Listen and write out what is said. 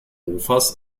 mofas